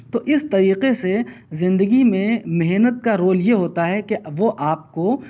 تو اس طریقہ سے زندگی میں محنت کا رول یہ ہوتا ہے کہ وہ آپ کو